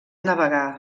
navegar